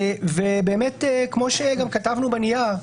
כמו שגם כתבנו בנייר,